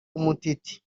umtiti